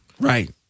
right